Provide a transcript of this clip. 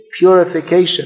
purification